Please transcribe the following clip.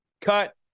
cut